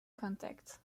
contact